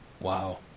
Wow